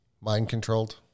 mind-controlled